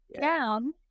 down